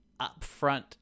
upfront